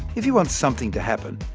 if you want something to happen,